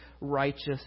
righteous